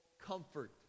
comfort